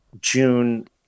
June